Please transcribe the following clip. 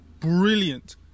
brilliant